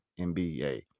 NBA